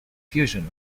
fusion